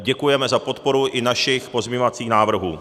Děkujeme za podporu i našich pozměňovacích návrhů.